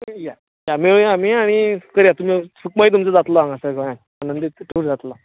या मेळुंया आमी आनी करुंया सुखमय तुमचो जातलो हांगासर गोंयांत आनंदीत जातलो